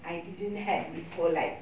I didn't had before like